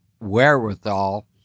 wherewithal